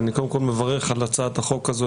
אני קודם כל מברך על הצעת החוק הזאת.